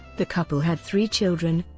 the couple had three children,